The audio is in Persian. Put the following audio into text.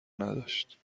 نداشت